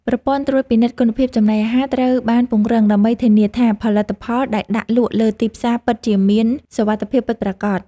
ប្រព័ន្ធត្រួតពិនិត្យគុណភាពចំណីអាហារត្រូវបានពង្រឹង ដើម្បីធានាថាផលិតផលដែលដាក់លក់លើទីផ្សារពិតជាមានសុវត្ថិភាពពិតប្រាកដ។